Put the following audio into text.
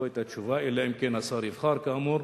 אלא אם כן השר יבחר, כאמור,